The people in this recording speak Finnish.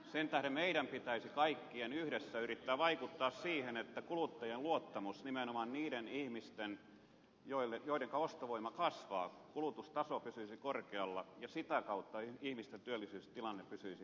sen tähden meidän pitäisi kaikkien yhdessä yrittää vaikuttaa siihen että kuluttajien nimenomaan niiden ihmisten joidenka ostovoima kasvaa luottamus ja kulutustaso pysyisivät korkealla ja sitä kautta ihmisten työllisyystilanne pysyisi hyvänä